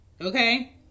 Okay